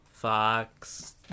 Fox